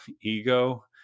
ego